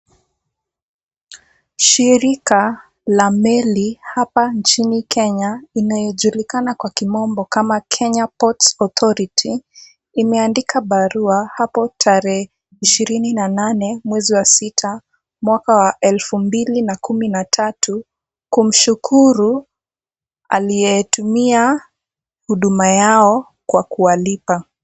Shirika la meli hapa nchini Kenya inayojulikana kwa kimombo kama Kenya Port Authority imeandika barua hapo tarehe ishirini na nane mwezi wa sita, mwaka wa elfu mbili na kumi na tatu, kumshukuru aliyetumia huduma yao kwa kuwalipa.